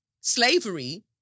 Slavery